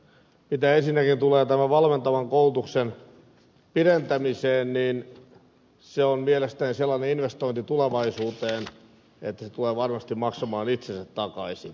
mitä ensinnäkin tulee tämän valmentavan koulutuksen pidentämiseen niin se on mielestäni sellainen investointi tulevaisuuteen että se tulee varmasti maksamaan itsensä takaisin